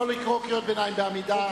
לא לקרוא קריאות ביניים בעמידה,